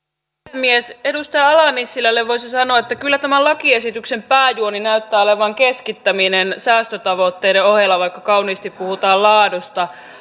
puhemies edustaja ala nissilälle voisi sanoa että kyllä tämä lakiesityksen pääjuoni näyttää olevan keskittäminen säästötavoitteiden ohella vaikka kauniisti puhutaan laadusta